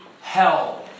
hell